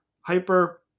Hyper